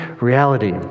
reality